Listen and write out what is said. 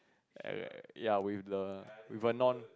y~ ya with the with the non